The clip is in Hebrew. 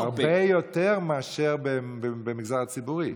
לא, הרבה יותר מאשר במגזר הציבורי.